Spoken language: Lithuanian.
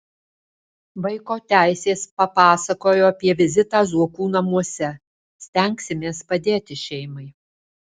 vaiko teisės papasakojo apie vizitą zuokų namuose stengsimės padėti šeimai